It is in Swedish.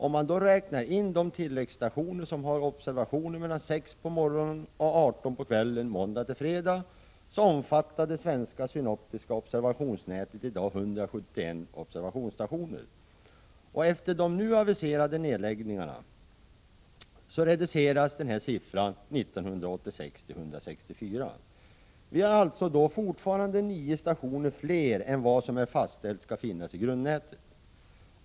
Om man räknar in de tilläggsstationer som har observationer mellan kl. 6 på morgonen och kl. 18 på kvällen måndag till fredag omfattar det svenska synoptiska observationsnätet i dag 171 observationsstationer. Efter de nu aviserade nedläggningarna reduceras den siffran år 1986 till 164. Vi kommer alltså fortfarande att ha nästan 9 stationer fler än det antal som är fastställt att det skall finnas i grundnätet.